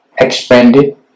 expanded